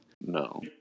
No